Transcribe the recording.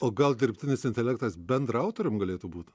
o gal dirbtinis intelektas bendraautorium galėtų būt